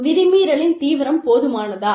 வீதி மீறலின் தீவிரம் போதுமானதா